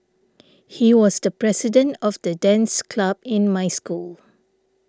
he was the president of the dance club in my school